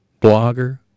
blogger